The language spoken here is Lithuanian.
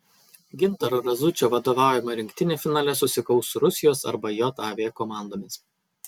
gintaro razučio vadovaujama rinktinė finale susikaus su rusijos arba jav komandomis